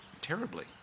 terribly